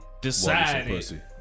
decided